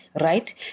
right